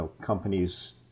companies